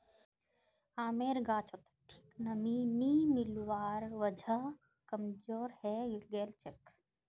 आमेर गाछोत ठीक नमीं नी मिलवार वजह कमजोर हैं गेलछेक